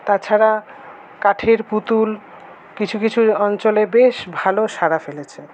তাছাড়া কাঠের পুতুল কিছু কিছু অঞ্চলে বেশ ভালো সাড়া ফেলেছে